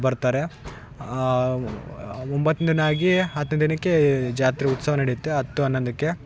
ಬರ್ತಾರೆ ಒಂಬತ್ತನೆ ದಿನ ಆಗಿ ಹತ್ತನೆ ದಿನಕ್ಕೆ ಜಾತ್ರೆ ಉತ್ಸವ ನಡೆಯುತ್ತೆ ಹತ್ತು ಹನ್ನೊಂದಕ್ಕೆ